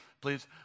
please